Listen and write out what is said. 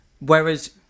Whereas